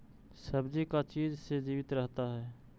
सब्जी का चीज से जीवित रहता है?